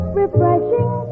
refreshing